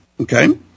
Okay